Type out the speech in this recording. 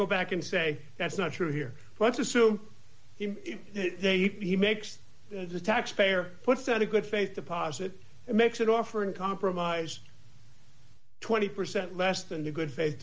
go back and say that's not true here let's assume he makes the taxpayer puts out a good faith deposit and makes an offer in compromise twenty percent less than a good faith